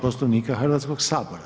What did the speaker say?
Poslovnika Hrvatskog sabora.